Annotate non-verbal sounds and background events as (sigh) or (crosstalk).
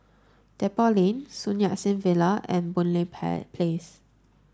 Depot Lane Sun Yat Sen Villa and Boon Lay (unintelligible) Place